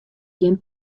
gjin